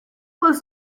was